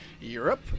Europe